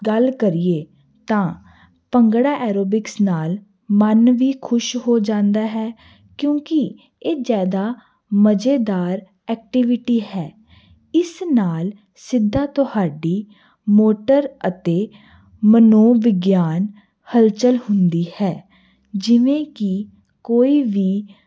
ਗੱਲ ਕਰੀਏ ਤਾਂ ਭੰਗੜਾ ਐਰੋਬਿਕਸ ਨਾਲ ਮਨ ਵੀ ਖੁਸ਼ ਹੋ ਜਾਂਦਾ ਹੈ ਕਿਉਂਕਿ ਇਹ ਜਿਆਦਾ ਮਜੇਦਾਰ ਐਕਟੀਵਿਟੀ ਹੈ ਇਸ ਨਾਲ ਸਿੱਧਾ ਤੁਹਾਡੀ ਮੋਟਰ ਅਤੇ ਮਨੋ ਵਿਗਿਆਨ ਹਲਚਲ ਹੁੰਦੀ ਹੈ ਜਿਵੇਂ ਕੀ ਕੋਈ ਵੀ